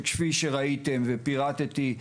שכפי שראיתם ופירטתי,